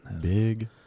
Big